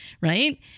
right